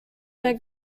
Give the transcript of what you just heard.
mehr